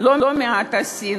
כמה מורים ומורות הוכו בידי תלמידיהם